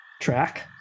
track